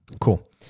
cool